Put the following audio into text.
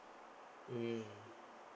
mm